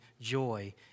joy